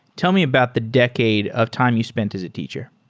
tell me about the decade of time you spent as a teacher.